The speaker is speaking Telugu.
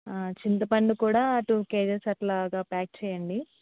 చింతపండు కూడా టూ కేజిస్ అట్లాగా ప్యాక్ చేయండి